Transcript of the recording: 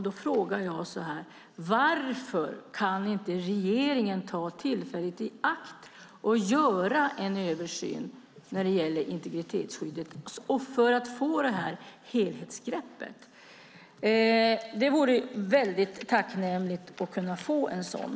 Då frågar jag så här: Varför kan inte regeringen ta tillfället i akt och göra en översyn när det gäller integritetsskyddet för att få det här helhetsgreppet? Det vore väldigt tacknämligt att kunna få en sådan.